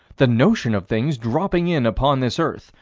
the notion of things dropping in upon this earth,